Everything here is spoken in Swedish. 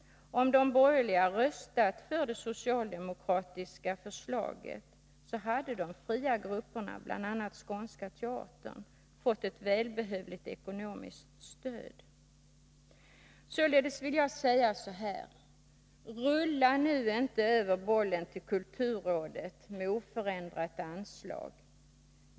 Om de borgerliga hade röstat för det socialdemokratiska förslaget hade de fria grupperna, bl.a. Skånska Teatern, fått ett välbehövligt ekonomiskt stöd. Således vill jag säga: Rulla inte över bollen till kulturrådet med oförändrat anslag!